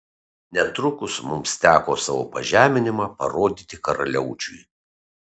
netrukus mums teko savo pažeminimą parodyti karaliaučiui